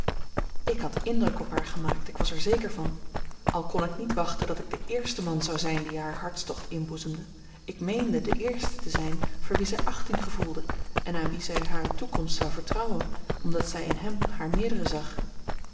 ik had indruk op haar gemaakt ik was er zeker van al kon ik niet wachten dat ik de eerste man zou zijn die haar hartstocht inboezemde ik meende de eerste te zijn voor wien zij achting gevoelde en aan wien zij hare toekomst zou vertrouwen omdat zij in hem haar meerdere zag